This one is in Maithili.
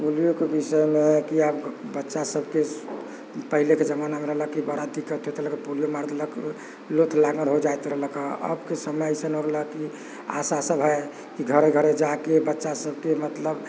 पोलियोके विषयमे हइ कि आब बच्चासभके पहलेके जमानामे रहलक कि बड़ा दिक्कत होइत रहलक पोलियो मारि देलक लोथ लाँगड़ हो जाइत रहलक आबके समय ऐसन हो गेलक कि आशासभ हइ घरे घरे जा कऽ बच्चासभके मतलब